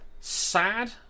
sad